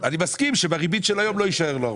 אני מסכים שבריבית של היום לא יישאר לו הרבה.